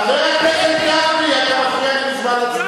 חבר הכנסת גפני, אתה מפריע לי בזמן הצבעה.